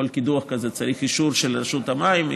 לכל קידוח כזה צריך אישור של רשות המים,